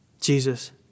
Jesus